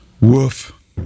woof